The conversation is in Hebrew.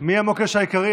מי המוקש העיקרי,